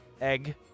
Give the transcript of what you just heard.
Egg